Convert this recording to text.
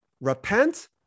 repent